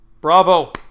Bravo